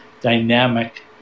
dynamic